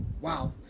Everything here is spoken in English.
Wow